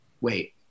Wait